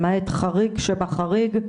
למעט חריג שבחריג,